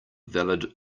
valid